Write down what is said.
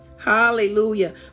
Hallelujah